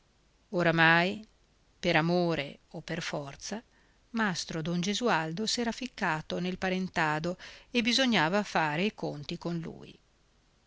oramai per amore o per forza mastro don gesualdo s'era ficcato nel parentado e bisognava fare i conti con lui